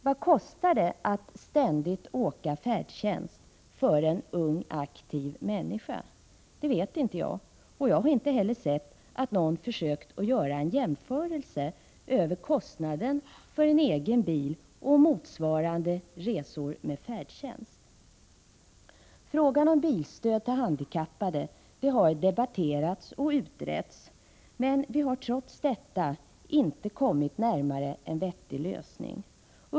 Vad kostar det att ständigt åka färdtjänst för en ung, aktiv människa? Det vet jag inte, och jag har inte heller sett att någon har försökt att göra en jämförelse av kostnaden för en egen bil och för motsvarande resor med färdtjänst. Frågan om bilstöd till handikappade har debatterats och utretts, men vi har trots detta inte kommit närmare en vettig lösning.